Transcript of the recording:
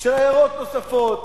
של עיירות נוספות